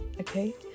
Okay